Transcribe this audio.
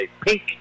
pink